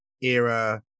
era